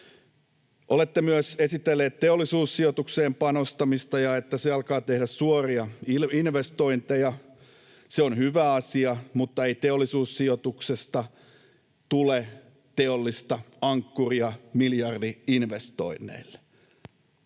Olette myös esittäneet Teollisuussijoitukseen panostamista ja että se alkaa tehdä suoria investointeja. Se on hyvä asia, mutta ei Teollisuussijoituksesta tule teollista ankkuria miljardi-investoinneille.